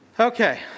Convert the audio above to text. Okay